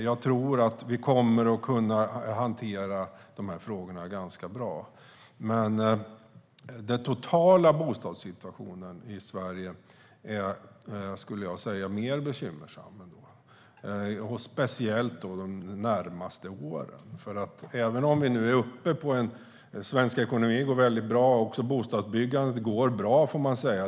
Jag tror att vi kommer att kunna hantera frågorna ganska bra. Jag skulle säga att den totala bostadssituationen i Sverige är mer bekymmersam, speciellt under de närmaste åren. Svensk ekonomi går bra. Även bostadsbyggandet går bra.